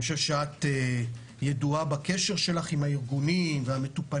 אני חושב שאת ידועה בקשר שלך עם הארגונים והמטופלים,